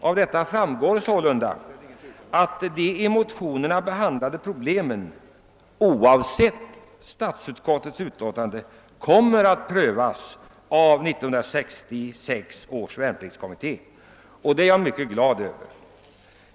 Av detta yttrande framgår att »i motionerna behandlade problem» oavsett vad statsutskottet hemställt kommer att prövas av 1966 års värnpliktskommitté, och det är jag mycket glad över.